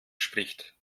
spricht